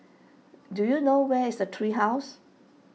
do you know where is Tree House